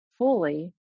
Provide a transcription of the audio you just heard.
fully